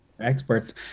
experts